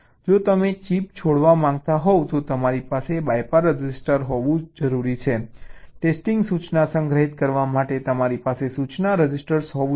જો તમે ચિપ છોડવા માંગતા હોવ તો તમારી પાસે BYPASS રજિસ્ટર હોવું જરૂરી છે ટેસ્ટિંગ સૂચના સંગ્રહિત કરવા માટે તમારી પાસે સૂચના રજિસ્ટર હોવું જરૂરી છે